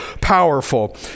powerful